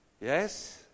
Yes